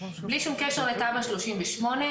בלי שום קשר לתמ"א 38,